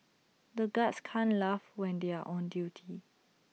the guards can't laugh when they are on duty